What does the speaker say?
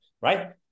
right